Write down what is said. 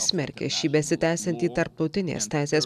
smerkia šį besitęsiantį tarptautinės teisės